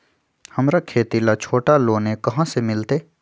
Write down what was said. हमरा खेती ला छोटा लोने कहाँ से मिलतै?